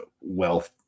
wealth